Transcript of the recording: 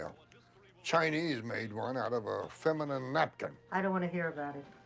chinese made one out of a feminine napkin. i don't wanna hear about it.